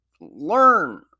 learn